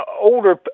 older